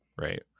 right